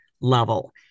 level